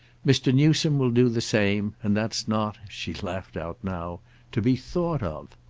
mr. newsome will do the same, and that's not she laughed out now to be thought of.